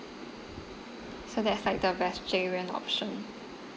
so that's like the vegetarian option